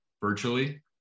virtually